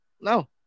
No